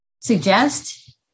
suggest